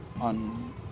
on